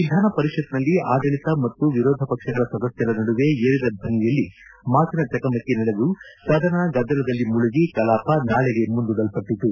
ವಿಧಾನಪರಿಷತ್ತಿನಲ್ಲಿ ಆಡಳಿತ ಮತ್ತು ವಿರೋಧ ಪಕ್ಷಗಳ ಸದಸ್ಯರ ನಡುವೆ ಏರಿದ ಧ್ವನಿಯಲ್ಲಿ ಮಾತಿನ ಚಕಮಕಿ ನಡೆದು ಸದನ ಗದ್ದಲದಲ್ಲಿ ಮುಳುಗಿ ಕಲಾಪ ನಾಳೆಗೆ ಮುಂದೂಡಲಾಯಿತು